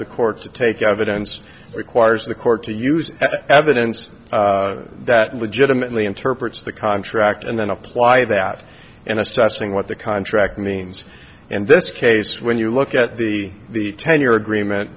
the court's take evidence requires the court to use evidence that legitimately interprets the contract and then apply that in assessing what the contract means in this case when you look at the ten year agreement